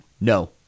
No